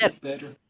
better